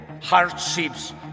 Hardships